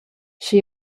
sche